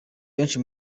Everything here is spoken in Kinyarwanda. benshi